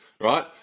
right